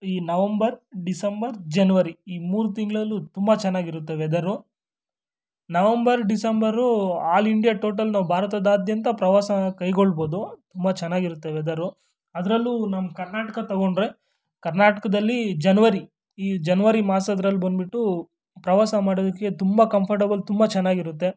ಈ November December January ಈ ಮೂರು ತಿಂಗಳಲ್ಲೂ ತುಂಬ ಚೆನ್ನಾಗಿರುತ್ತೆ weather November December all India total ನಾವು ಭಾರತದಾದ್ಯಂತ ಪ್ರವಾಸ ಕೈಗೊಳ್ಬೋದು ತುಂಬ ಚೆನ್ನಾಗಿರುತ್ತೆ ವೆದರು ಅದರಲ್ಲೂ ನಮ್ಮ ಕರ್ನಾಟಕ ತೊಗೊಂಡ್ರೆ ಕರ್ನಾಟಕದಲ್ಲಿ ಜನ್ವರಿ ಈ ಜನ್ವರಿ ಮಾಸದ್ರಲ್ಲಿ ಬಂದುಬಿಟ್ಟು ಪ್ರವಾಸ ಮಾಡೋದಕ್ಕೆ ತುಂಬ ಕಂಫರ್ಟಬಲ್ ತುಂಬ ಚೆನ್ನಾಗಿರುತ್ತೆ